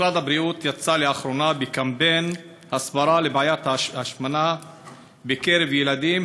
משרד הבריאות יצא לאחרונה בקמפיין הסברה על בעיות ההשמנה בקרב ילדים,